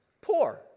Poor